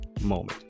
moment